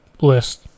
list